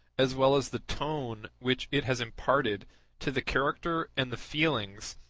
as well as the tone which it has imparted to the character and the feelings,